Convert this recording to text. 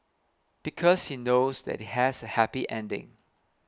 because he knows that it has a happy ending